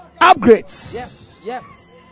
upgrades